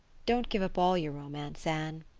don't give up all your romance, anne,